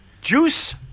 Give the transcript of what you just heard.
Juice